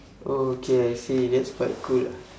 okay I see that's quite cool ah